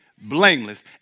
blameless